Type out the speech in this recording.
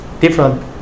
different